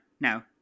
No